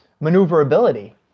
maneuverability